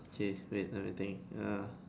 say wait let me think err